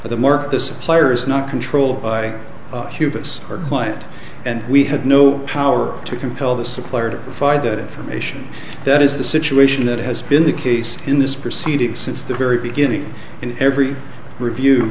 market the supplier is not controlled by hubris or client and we had no power to compel the supplier to provide that information that is the situation that has been the case in this proceeding since the very beginning and every review